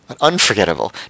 unforgettable